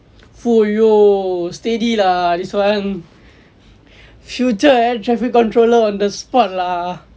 !fuh! yo steady lah this one future air traffic controller on the spot lah